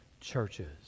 churches